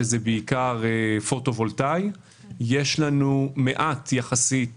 שזה בעיקר פוטו-וולטאי; יש לנו מעט יחסית